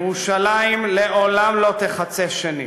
ירושלים לעולם לא תיחצה שנית,